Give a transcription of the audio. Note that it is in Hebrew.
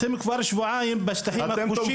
אתם כבר שבועיים בשטחים הכבושים.